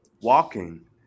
walking